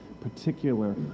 particular